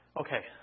okay